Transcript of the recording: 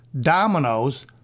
dominoes